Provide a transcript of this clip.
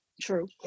True